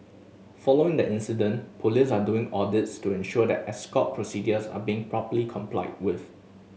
following the incident police are doing audits to ensure that escort procedures are being properly complied with